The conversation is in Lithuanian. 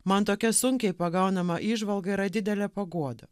man tokia sunkiai pagaunama įžvalga yra didelė paguoda